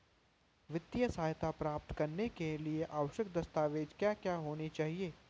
वित्तीय सहायता प्राप्त करने के लिए आवश्यक दस्तावेज क्या क्या होनी चाहिए?